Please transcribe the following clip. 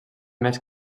més